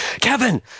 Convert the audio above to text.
Kevin